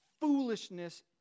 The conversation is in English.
foolishness